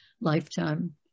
lifetime